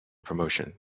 promotion